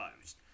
closed